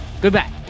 Goodbye